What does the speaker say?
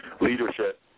leadership